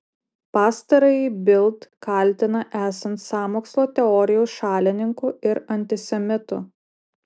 pastarąjį bild kaltina esant sąmokslo teorijų šalininku ir antisemitu